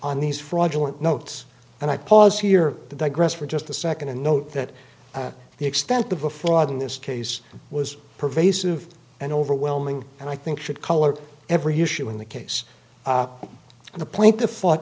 on these fraudulent notes and i pause here to digress for just a second to note that the extent of a flood in this case was pervasive and overwhelming and i think should color every issue in the case the point the fought